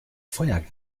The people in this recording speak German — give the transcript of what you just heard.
feuer